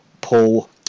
Paul